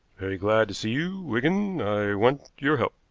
very glad to see you, wigan. i want your help.